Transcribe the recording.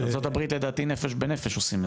ארצות הברית, לדעתי "נפש בנפש" עושים את זה.